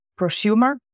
prosumer